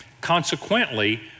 consequently